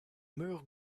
murs